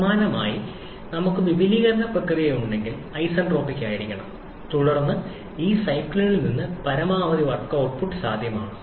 സമാനമായി നമുക്ക് വിപുലീകരണ പ്രക്രിയ ഉണ്ടെങ്കിൽ ഐസന്റ്രോപിക് ആയിരിക്കണം തുടർന്ന് ഈ സൈക്കിളിൽ നിന്ന് പരമാവധി വർക്ക് ഔട്ട്പുട്ട് സാധ്യമാണ്